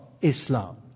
Islam